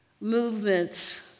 Movements